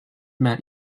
met